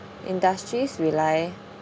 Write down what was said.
industries rely